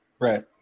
Right